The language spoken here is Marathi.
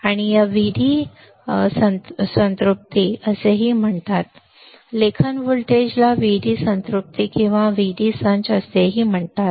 तर याला व्हीडी संतृप्ति असेही म्हणतात लेखन व्होल्टेजला व्हीडी संतृप्ति किंवा व्हीडी संच असेही म्हणतात